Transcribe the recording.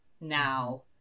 now